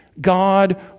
God